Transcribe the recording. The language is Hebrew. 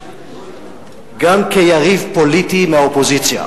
גם כיריב פוליטי מהאופוזיציה.